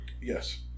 Yes